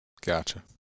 Gotcha